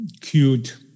cute